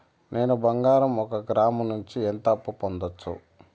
నేను బంగారం ఒక గ్రాము నుంచి ఎంత అప్పు పొందొచ్చు